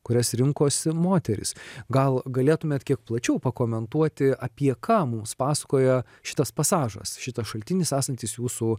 kurias rinkosi moterys gal galėtumėt kiek plačiau pakomentuoti apie ką mums pasakoja šitas pasažas šitas šaltinis esantis jūsų